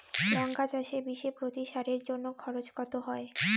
লঙ্কা চাষে বিষে প্রতি সারের জন্য খরচ কত হয়?